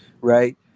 right